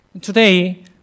Today